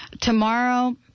Tomorrow